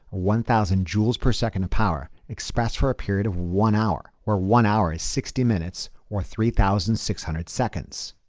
one thousand joules per second of power express for a period of one hour or one hour is sixty minutes or three thousand six hundred seconds.